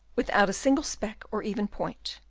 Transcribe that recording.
without a single speck, or even point.